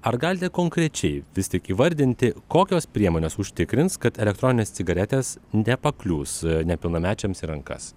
ar galite konkrečiai vis tik įvardinti kokios priemonės užtikrins kad elektroninės cigaretės nepaklius nepilnamečiams į rankas